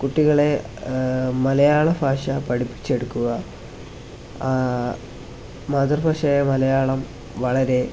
കുട്ടികളെ മലയാളഭാഷ പഠിപ്പിച്ചെടുക്കുക ആ മാതൃഭാഷയായ മലയാളം വളരെ